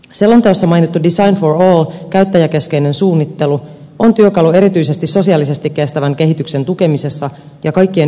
selonteossa mainittu design for all käyttäjäkeskeinen suunnittelu on työkalu erityisesti sosiaalisesti kestävän kehityksen tukemisessa ja kaikkien yhteiskunnan toteuttamisessa